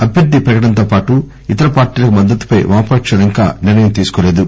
అభ్యర్ది ప్రకటనతో పాటు ఇతర పార్టీలకు మద్దతుపై వామపకాలు ఇంకా నిర్ణయం తీసుకోలేదు